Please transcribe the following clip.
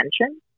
attention